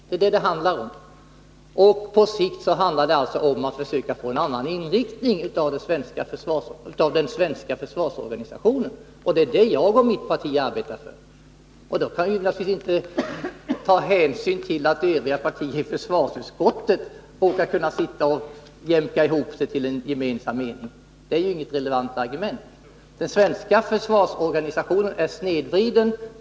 Det är detta det handlar om, och på sikt handlar det alltså om att försöka få en annan inriktning av den svenska försvarsorganisationen. Det är det jag och mitt parti arbetar för. Vi kan naturligtvis inte ta hänsyn till att övriga partier i försvarsutskottet råkar kunna sitta och jämka ihop sig till en gemensam mening. Det är inget relevant argument. Den svenska försvarsorganisationen är snedvriden.